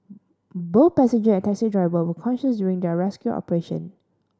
both passenger and taxi driver were conscious during the rescue operation